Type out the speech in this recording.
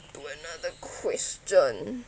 to another question